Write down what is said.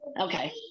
okay